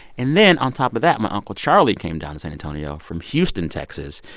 and then on top of that, my uncle charlie came down to san antonio from houston, texas.